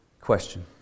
Question